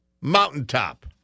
mountaintop